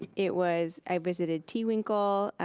it was, i visited tewinkle,